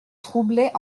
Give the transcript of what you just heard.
troublaient